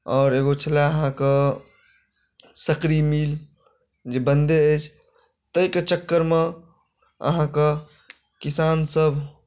आओर एगो छलए अहाँके सकरी मिल जे बन्दे अछि ताहिके चक्करमे अहाँके किसानसभ